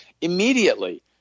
immediately